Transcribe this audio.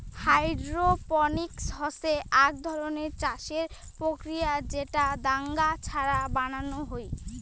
hydroponics হসে আক ধরণের চাষের প্রক্রিয়া যেটা দাঙ্গা ছাড়া বানানো হই